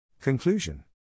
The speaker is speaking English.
Conclusion